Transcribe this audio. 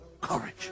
courage